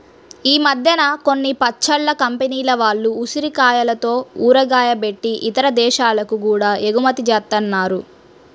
ఈ మద్దెన కొన్ని పచ్చళ్ళ కంపెనీల వాళ్ళు ఉసిరికాయలతో ఊరగాయ బెట్టి ఇతర దేశాలకి గూడా ఎగుమతి జేత్తన్నారు